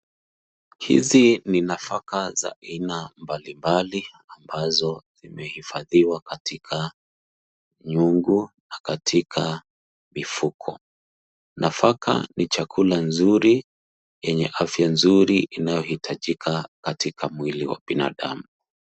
Hizi ni nafaka za aina mbalimbali ambazo zimehifadhiwa katika nyungu na katika mifuko. Nafaka ni chakula nzuri yenye afya nzuri inayohitajika katika mwili wa binadamu.